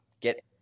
Get